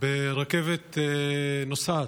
ברכבת נוסעת,